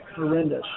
horrendous